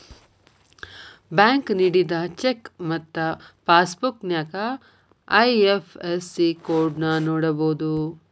bank ನೇಡಿದ cheque ಮತ್ತ passbook ನ್ಯಾಯ ಐ.ಎಫ್.ಎಸ್.ಸಿ ಕೋಡ್ನ ನೋಡಬೋದು